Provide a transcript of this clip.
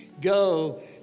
go